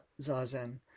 zazen